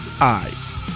eyes